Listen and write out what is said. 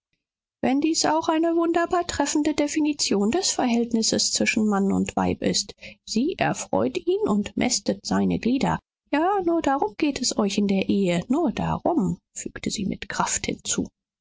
wenn dies auch eine wunderbar treffende definition des verhältnisses zwischen mann und weib ist sie erfreut ihn und mästet seine glieder ja nur darum geht es euch in der ehe nur darum fügte sie mit kraft hinzu